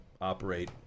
operate